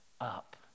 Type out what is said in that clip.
up